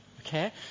Okay